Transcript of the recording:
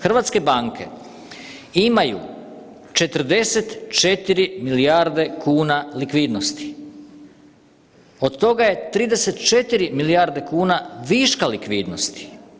Hrvatske banke imaju 44 milijarde kuna likvidnosti, od toga je 34 milijarde kuna viška likvidnosti.